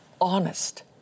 honest